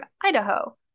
Idaho